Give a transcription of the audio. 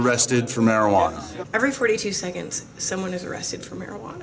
arrested for marijuana every forty two seconds someone is arrested for marijuana